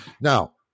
Now